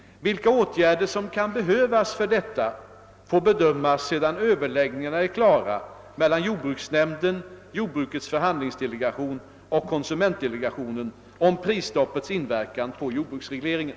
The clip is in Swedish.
Vilka åtgärder som kan behövas för detta får bedömas sedan överläggningarna är klara mellan jordbruksnämnden, jordbrukets förhandlingsdelegation och konsumentdelegationen om prisstoppets inverkan på jordbruksprisregleringen.